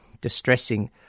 distressing